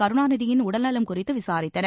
கருணாநிதியின் உடல்நலம் குறித்து விசாரித்தனர்